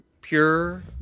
Pure